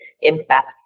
impact